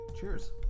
cheers